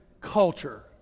culture